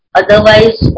otherwise